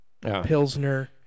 pilsner